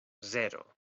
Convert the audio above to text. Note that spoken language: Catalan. zero